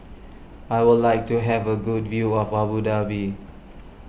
I would like to have a good view of Abu Dhabi